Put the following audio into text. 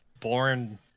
born